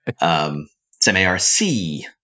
M-A-R-C